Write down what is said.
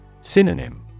Synonym